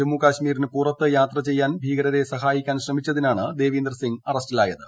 ജമ്മു കശ്മീരിന് പുറത്ത് യാത്ര ചെയ്യാൻ ഭീകരരെ സഹായിക്കാൻ ശ്രമിച്ചതിനാണ് ദേവിന്ദർ സിംഗ് അറസ്റ്റിലായത്